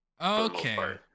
Okay